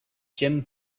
jim